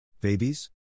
Babies